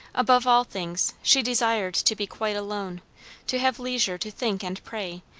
above all things, she desired to be quite alone to have leisure to think and pray,